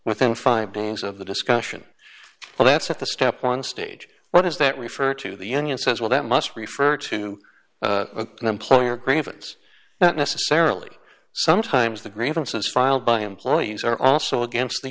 within five days of the discussion well that's at the step one stage what does that refer to the union says well that must refer to an employer grave it's not necessarily sometimes the grievances filed by employees are also against the